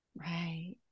Right